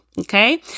Okay